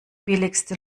billigste